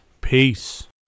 Peace